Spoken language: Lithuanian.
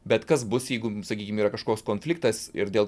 bet kas bus jeigu sakykime yra kažkoks konfliktas ir dėl